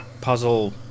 puzzle